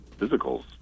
physicals